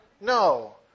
No